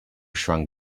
shrunk